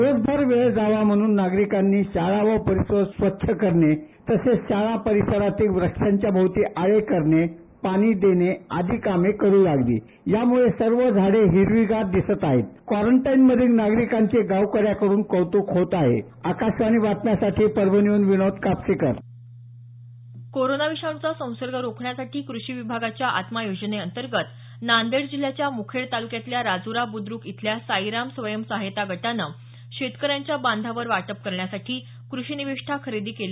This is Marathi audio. दिवस भर वेळ झाला म्हणून नागरिकांनी शाळा व परिसर स्वच्छ करणे तसेच शाळेच्या परिसरातील व्रक्षांच्या भोवती आळे करणे पाणी देणे आदि कामे करू लागले त्यामुळे सर्व झाले हिरवेगार दिसत आहेत क्वारंटाइन मधील नागरिकांचे गावकऱ्यांकड्रन कौतुक होत आहे आकाशवाणी बातम्यासाठी परभणीहून विनोद कापसीकर कोरोना विषाणूचा संसर्ग रोखण्यासाठी कृषी विभागाच्या आत्मा योजनेअंतर्गत नांदेड जिल्ह्याच्या मुखेड तालुक्यातल्या राजूरा बुद्रुक इथल्या साईराम स्वयम् सहाय्यता गटाने शेतकऱ्यांच्या बांधावर वाटप करण्यासाठी कृषी निविष्ठा खरेदी केल्या